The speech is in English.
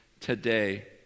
today